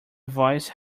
voice